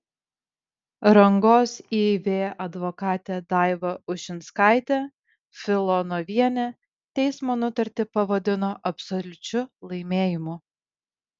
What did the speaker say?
rangos iv advokatė daiva ušinskaitė filonovienė teismo nutartį pavadino absoliučiu laimėjimu